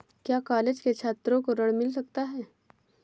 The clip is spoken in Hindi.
क्या कॉलेज के छात्रो को ऋण मिल सकता है?